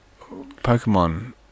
Pokemon